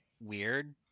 weird